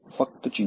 ફક્ત ચિંતા